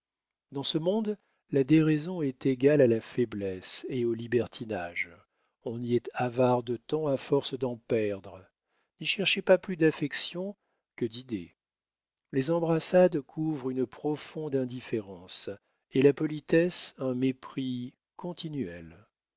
dans ce monde la déraison est égale à la faiblesse et au libertinage on y est avare de temps à force d'en perdre n'y cherchez pas plus d'affections que d'idées les embrassades couvrent une profonde indifférence et la politesse un mépris continuel